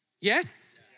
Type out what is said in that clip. Yes